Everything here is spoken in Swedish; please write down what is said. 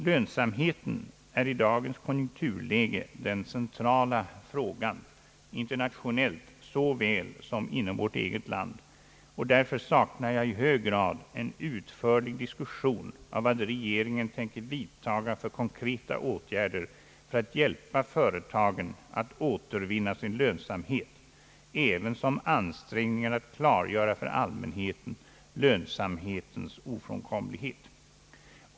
Lönsamheten är i dagens konjunkturläge den centrala frågan internationellt såväl som inom vårt eget land, och därför saknar jag i hög grad en utförlig diskussion av vad regeringen tänker vidtaga för konkreta åtgärder för att hjälpa företagen att återvinna sin lönsamhet ävensom ansträngningar att klargöra för allmänheten lönsamhetens ofrånkomlighet.